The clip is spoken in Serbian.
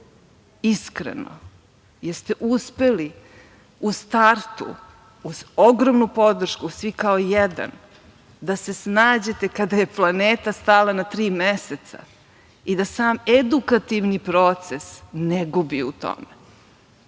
iskreno jer ste uspeli u startu uz ogromnu podršku, svi kao jedan, da se snađete kada je planeta stala na tri meseca i da sam edukativni proces ne gubi u tome.